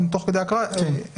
גם תוך כדי הקראה הסברתי,